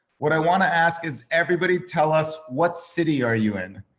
what i want to ask is everybody tell us what city are you in?